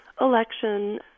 election